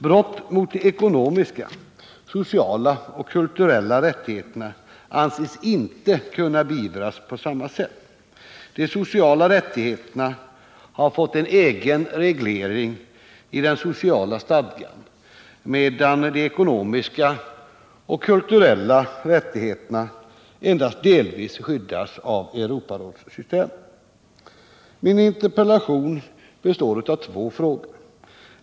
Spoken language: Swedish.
Brott moi de ekonomiska, sociala och kulturella rättigheterna anses inte kunna beivras på samma sätt. De sociala rättigheterna har fått en egen reglering i den sociala stadgan, medan de ekonomiska och kulturella rättigheterna endast delvis skyddas av Europarådssystemet. Min interpellation består av två frågor.